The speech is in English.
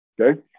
okay